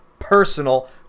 personal